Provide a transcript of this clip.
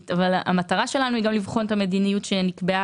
אבל המטרה שלנו היא גם לבחון את המדיניות שנקבעה